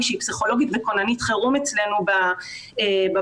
שהיא פסיכולוגית וכוננית חירום אצלנו במערך,